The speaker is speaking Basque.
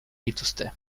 dituzte